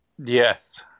Yes